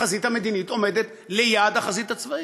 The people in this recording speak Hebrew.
החזית המדינית עומדת ליד החזית הצבאית.